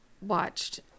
watched